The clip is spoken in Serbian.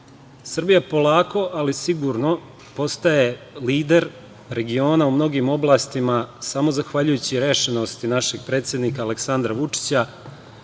polako, ali sigurno postaje lider regiona u mnogim oblastima samo zahvaljujući rešenosti našeg predsednika Aleksandra Vučića